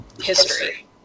history